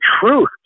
truth